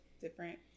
different